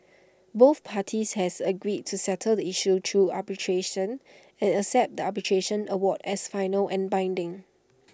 both parties had agreed to settle the issue through arbitration and accept the arbitration award as final and binding